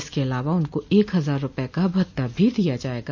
इसके अलावा इनको एक हजार रूपये का भत्ता भी दिया जायेगा